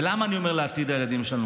ולמה אני אומר "עתיד הילדים שלנו"?